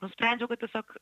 nusprendžiau kad tiesiog